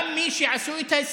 גם מי שעשו את ההסכם.